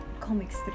Comics